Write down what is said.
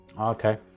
Okay